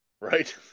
Right